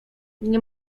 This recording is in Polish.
nie